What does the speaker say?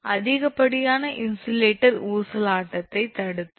அதிகப்படியான இன்சுலேட்டர் ஊசலாட்டத்தைத் தடுத்தல்